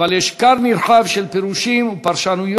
אבל יש כר נרחב של פירושים ופרשנויות,